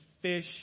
fish